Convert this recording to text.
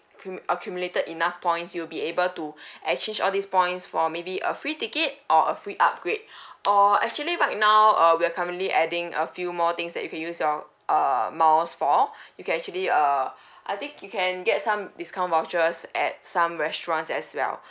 accum~ accumulated enough points you'll be able to exchange all these points for maybe a free ticket or a free upgrade or actually right now uh we are currently adding a few more things that you can use your err miles for you can actually uh I think you can get some discount vouchers at some restaurants as well